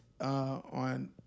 On